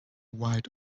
right